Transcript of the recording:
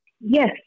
Yes